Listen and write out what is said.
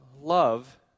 love